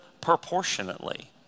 proportionately